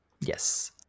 yes